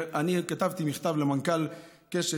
אני כתבתי מכתב למנכ"ל קשת,